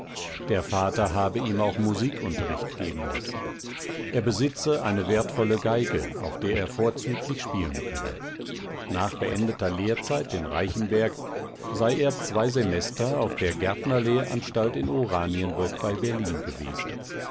der vater habe ihm auch musikunterricht geben lassen er besitze eine wertvolle geige auf der er vorzüglich spielen könne nach beendeter lehrzeit in reichenberg sei er zwei semester auf der gärtnerlehranstalt in oranienburg bei berlin gewesen